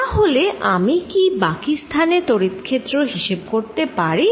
তা হলে আমি কি বাকি স্থানে তড়িৎ ক্ষেত্র হিসেব করতে পারি